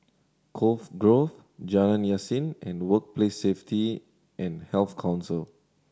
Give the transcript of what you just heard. Cove Grove Jalan Yasin and Workplace Safety and Health Council